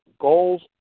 goals